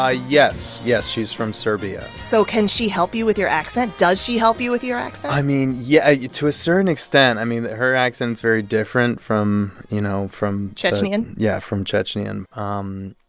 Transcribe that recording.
ah yes. yes, she's from serbia so can she help you with your accent? does she help you with your accent? i mean, yeah to a certain extent. i mean, her accent is very different from, you know, from. chechnyan? yeah, from chechnyan. um